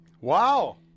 Wow